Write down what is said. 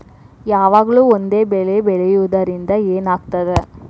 ಯಾವಾಗ್ಲೂ ಒಂದೇ ಬೆಳಿ ಬೆಳೆಯುವುದರಿಂದ ಏನ್ ಆಗ್ತದ?